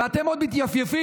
ואתם עוד מתייפייפים,